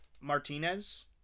Martinez